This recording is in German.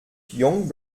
jung